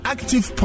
Active